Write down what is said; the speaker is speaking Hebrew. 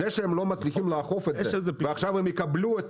זה שהם לא מצליחים לאכוף את זה ועכשיו הם יקבלו את